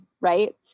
Right